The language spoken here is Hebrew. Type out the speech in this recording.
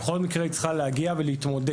בכל מקרה היא צריכה להגיע ולהתמודד.